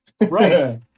right